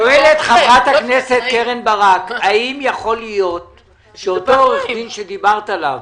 שואלת חברת הכנסת קרן ברק האם יכול להיות שאותו מי שדיברת עליו,